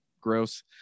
gross